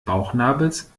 bauchnabels